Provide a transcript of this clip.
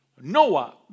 Noah